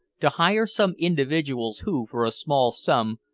to hire some individuals who, for a small sum,